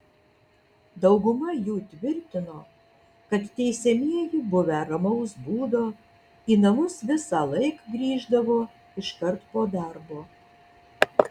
dauguma jų tvirtino kad teisiamieji buvę ramaus būdo į namus visąlaik grįždavo iškart po darbo